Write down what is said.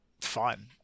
fun